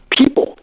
people